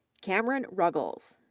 cameron ruggles,